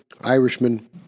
Irishman